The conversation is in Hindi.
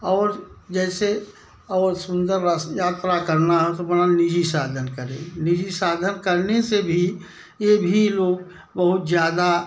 और जैसे और सुंदर रस यात्रा करना हो तो अपना निजी साधन करें निजी साधन करने से भी एभी लोग ज़्यादा